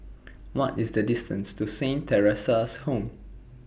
What IS The distance to Saint Theresa's Home